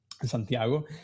Santiago